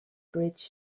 bridge